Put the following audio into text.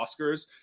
Oscars